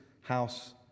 house